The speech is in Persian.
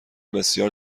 بسیار